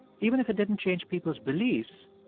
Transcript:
even if it didn't change people's beliefs,